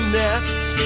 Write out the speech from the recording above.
nest